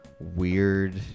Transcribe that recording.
weird